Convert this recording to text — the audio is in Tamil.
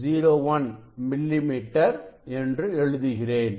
01 மில்லிமீட்டர் என்று எழுதுகிறேன்